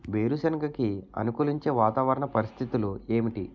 వేరుసెనగ కి అనుకూలించే వాతావరణ పరిస్థితులు ఏమిటి?